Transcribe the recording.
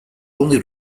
only